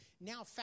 Now